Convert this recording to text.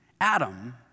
Adam